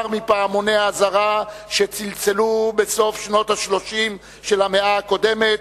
מפעמוני האזהרה שצלצלו בסוף שנות ה-30 של המאה הקודמת,